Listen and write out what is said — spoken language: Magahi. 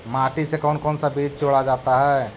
माटी से कौन कौन सा बीज जोड़ा जाता है?